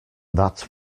that